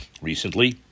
recently